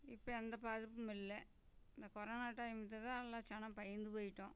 இப்போ எந்த பாதிப்பும் இல்லை இந்த கொரோனா டைம் வந்ததால் ஜனம் பயந்து போயிட்டோம்